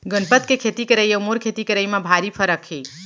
गनपत के खेती करई अउ मोर खेती करई म भारी फरक हे